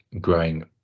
growing